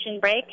break